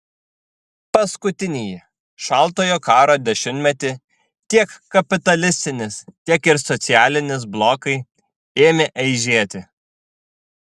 paskutinįjį šaltojo karo dešimtmetį tiek kapitalistinis tiek ir socialistinis blokai ėmė eižėti